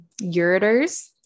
ureters